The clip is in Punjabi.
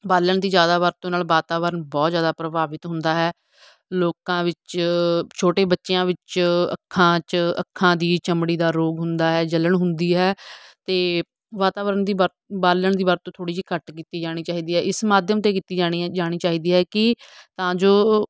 ਬਾਲਣ ਦੀ ਜ਼ਿਆਦਾ ਵਰਤੋਂ ਨਾਲ ਵਾਤਾਵਰਨ ਬਹੁਤ ਜ਼ਿਆਦਾ ਪ੍ਰਭਾਵਿਤ ਹੁੰਦਾ ਹੈ ਲੋਕਾਂ ਵਿੱਚ ਛੋਟੇ ਬੱਚਿਆਂ ਵਿੱਚ ਅੱਖਾਂ 'ਚ ਅੱਖਾਂ ਦੀ ਚਮੜੀ ਦਾ ਰੋਗ ਹੁੰਦਾ ਹੈ ਜਲਣ ਹੁੰਦੀ ਹੈ ਅਤੇ ਵਾਤਾਵਰਨ ਦੀ ਵਰ ਬਾਲਣ ਦੀ ਵਰਤੋਂ ਥੋੜ੍ਹੀ ਜਿਹੀ ਘੱਟ ਕੀਤੀ ਜਾਣੀ ਚਾਹੀਦੀ ਹੈ ਇਸ ਮਾਧਿਅਮ 'ਤੇ ਕੀਤੀ ਜਾਣੀ ਹੈ ਜਾਣੀ ਚਾਹੀਦੀ ਹੈ ਕਿ ਤਾਂ ਜੋ